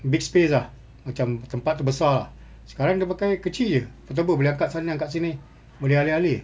big space ah macam tempat tu besar ah sekarang kita pakai kecil jer ataupun boleh angkat sana angkat sini boleh alih alih